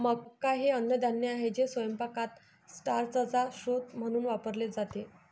मका हे अन्नधान्य आहे जे स्वयंपाकात स्टार्चचा स्रोत म्हणून वापरले जाते